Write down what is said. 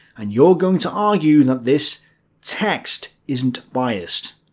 and you're going to argue that this text isn't biased?